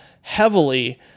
heavily